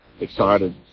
excited